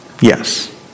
Yes